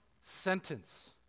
sentence